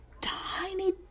tiny